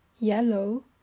Yellow